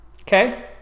Okay